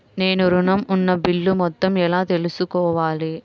నేను ఋణం ఉన్న బిల్లు మొత్తం ఎలా తెలుసుకోవాలి?